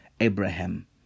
Abraham